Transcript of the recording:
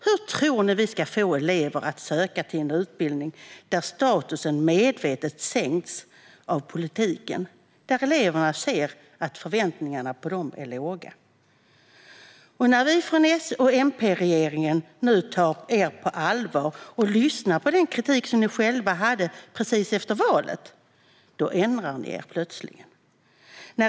Hur tror ni att vi ska få elever att söka till en utbildning där statusen medvetet sänks av politiken och där eleverna ser att förväntningarna på dem är låga? När vi från S och MP-regeringen nu tar er på allvar och lyssnar på den kritik som ni själva hade precis efter valet, då ändrar ni er plötsligt.